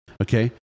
Okay